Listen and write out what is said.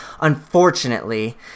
unfortunately